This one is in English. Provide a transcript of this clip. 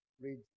read